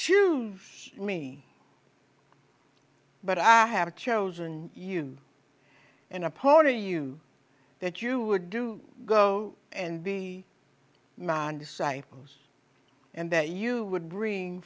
choose me but i have chosen you in a post to you that you would do go and be my disciples and that you would bring